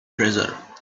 treasure